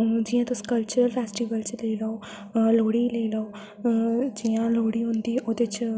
जियां तुस culture festival च लेई लाओ लोह्ड़ी लेई लाओ जियां लोह्ड़ी होंदी औह्दे च